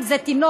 אם זה תינוק.